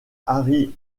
harry